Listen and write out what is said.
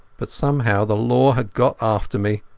but somehow the law had got after me.